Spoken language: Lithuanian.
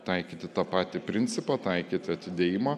taikyti tą patį principą taikyti atidėjimą